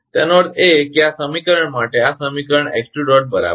તેનો અર્થ એ કે આ સમીકરણ માટે આ સમીકરણ ẋ2 બરાબર છે